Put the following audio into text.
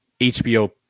HBO